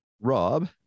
rob